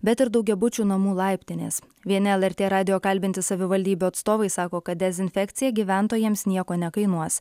bet ir daugiabučių namų laiptinės vieni lrt radijo kalbinti savivaldybių atstovai sako kad dezinfekcija gyventojams nieko nekainuos